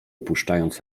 opuszczając